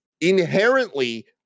inherently